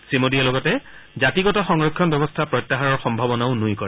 শ্ৰীমোডীয়ে লগতে জাতিগত সংৰক্ষণ ব্যৱস্থা প্ৰত্যাহাৰৰ সম্ভাৱনাও নুই কৰে